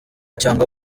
cyangwa